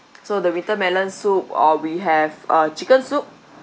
so the winter melon soup or we have uh chicken soup